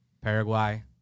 paraguay